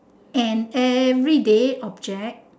an everyday object